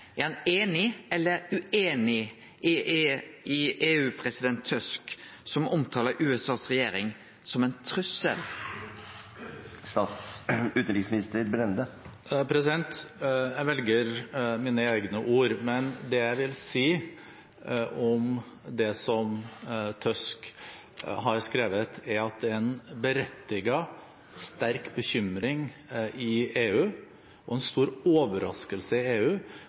Er han einig eller ueinig med EU-president Tusk som omtaler USAs regjering som ein trussel? Jeg velger mine egne ord. Men det jeg vil si om det som Tusk har skrevet, er at det er en berettiget, sterk bekymring i EU og en stor overraskelse i EU